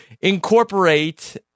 incorporate